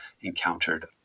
encountered